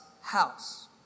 house